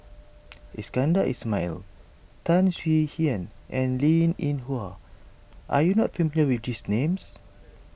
Iskandar Ismail Tan Swie Hian and Linn in Hua are you not familiar with these names